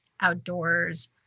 outdoors